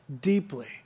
deeply